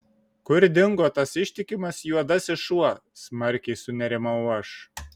kur dingo tas ištikimas juodasis šuo smarkiai sunerimau aš